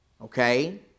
okay